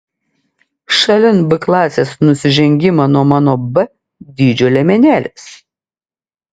šalin b klasės nusižengimą nuo mano b dydžio liemenėlės